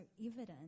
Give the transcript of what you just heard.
evident